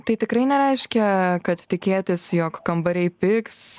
tai tikrai nereiškia kad tikėtis jog kambariai pigs